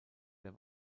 der